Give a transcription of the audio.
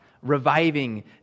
reviving